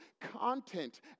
content